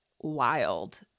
wild